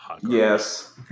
Yes